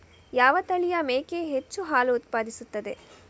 ಯಾವ ತಳಿಯ ಮೇಕೆ ಹೆಚ್ಚು ಹಾಲು ಉತ್ಪಾದಿಸುತ್ತದೆ?